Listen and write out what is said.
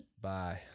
bye